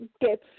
get